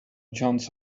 johns